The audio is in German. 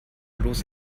los